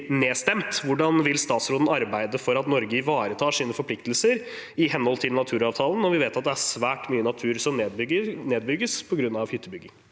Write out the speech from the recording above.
hvordan vil statsråden arbeide for at Norge ivaretar sine forpliktelser i henhold til naturavtalen, når vi vet at det er svært mye natur som nedbygges på grunn av hyttebygging?